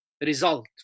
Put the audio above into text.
result